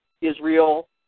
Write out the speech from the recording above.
Israel